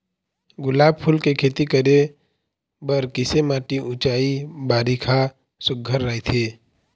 गुलाब फूल के खेती करे बर किसे माटी ऊंचाई बारिखा सुघ्घर राइथे?